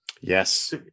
Yes